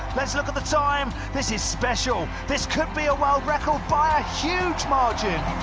let's look at the time this is special. this could be a world record by a huge margin.